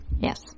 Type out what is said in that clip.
Yes